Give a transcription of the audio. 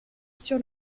sur